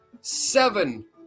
seven